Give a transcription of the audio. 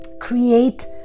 create